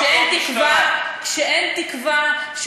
כשאין תקווה,